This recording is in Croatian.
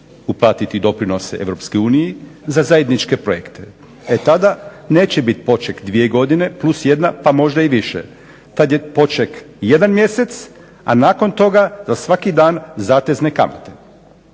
uplatiti doprinose EU za zajedničke projekte. E tada neće biti poček dvije godine plus jedna pa možda više, tada je poček jedan mjesec, a nakon toga svaki dan zatezne kamate.